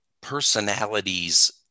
personalities